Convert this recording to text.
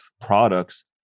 products